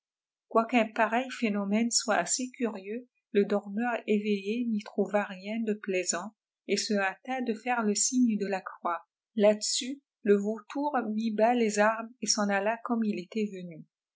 quoiqu'un pareil phénomène soit assez curieux le dormeur éveillé n'y trouva rien de plaisant et se hâta de faire le signe de la croix là-dessus le vautour mit bas les armes et s'en alla comme il était venu